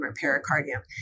pericardium